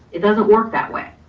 it doesn't work that way.